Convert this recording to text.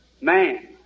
man